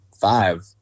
Five